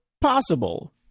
possible